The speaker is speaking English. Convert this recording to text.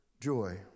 joy